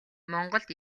монголд